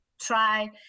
try